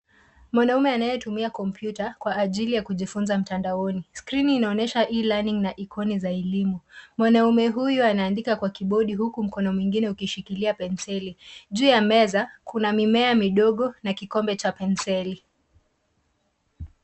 Mwanaume anayetumia kompyuta kwa ajili ya kujifunza mtandaoni. Skrini inaonyesha E-learning na ikoni za elimu. Mwanaume huyu anaandika kwa kibodi huku mkono mwingine ukishikilia penseli. Juu ya meza kuna mimea midogo na kikombe cha penseli.